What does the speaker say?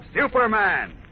Superman